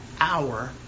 hour